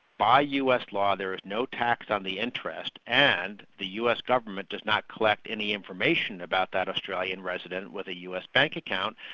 by us law there is no tax on the interest, and the us government does not collect any information about that australian resident with a us bank account,